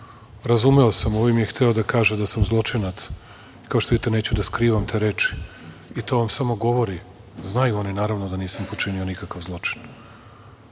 jednom. Razumeo sam, ovim je hteo da kaže da sam zločinac i, kao što vidite, neću da skrivam te reči i to vam samo govori… Znaju oni, naravno, da nisam počinio nikakav zločin.